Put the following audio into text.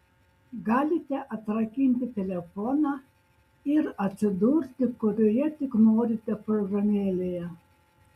galite atrakinti telefoną ir atsidurti kurioje tik norite programėlėje